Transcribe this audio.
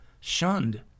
shunned